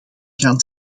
gaan